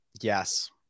Yes